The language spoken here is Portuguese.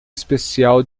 especial